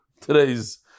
today's